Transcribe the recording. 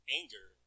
anger